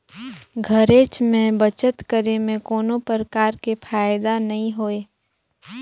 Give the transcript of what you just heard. घरेच में बचत करे में कोनो परकार के फायदा नइ होय